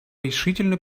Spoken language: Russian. решительно